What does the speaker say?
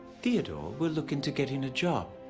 theodore will look into getting a job.